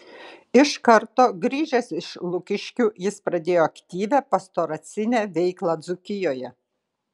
iš karto grįžęs iš lukiškių jis pradėjo aktyvią pastoracinę veiklą dzūkijoje